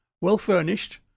well-furnished